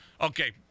okay